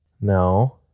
No